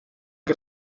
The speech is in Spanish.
que